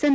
N